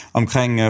omkring